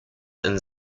and